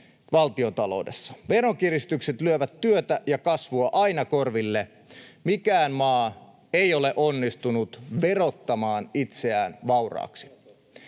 valtiontaloudessa. Veronkiristykset lyövät työtä ja kasvua aina korville. Mikään maa ei ole onnistunut verottamaan itseään vauraaksi.